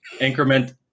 increment